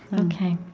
ok.